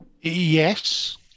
yes